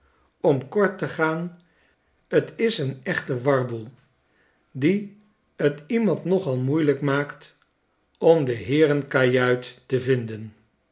om kort te gaan t is een echte warboel die t iemand nogal moeielijk maakt om de heerenkajuit te vinden